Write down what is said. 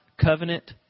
covenant